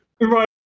Right